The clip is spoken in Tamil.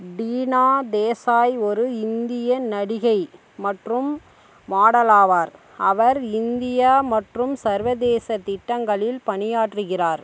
டீனா தேசாய் ஒரு இந்திய நடிகை மற்றும் மாடல் ஆவார் அவர் இந்தியா மற்றும் சர்வதேச திட்டங்களில் பணியாற்றுகிறார்